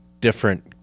different